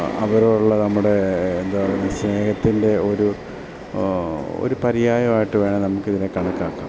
അവരോടുള്ള നമ്മുടെ എന്താ പറയ സ്നേഹത്തിൻ്റെ ഒരു ഒരു പര്യായമായിട്ട് വേണം നമുക്ക് ഇതിനെ കണക്കാക്കാം